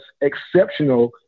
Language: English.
exceptional